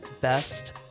best